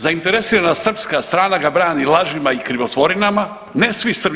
Zainteresirana srpska strana ga brani lažima i krivotvorinama, ne svi Srbi.